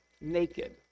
naked